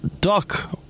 duck